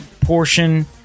portion